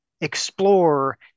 explore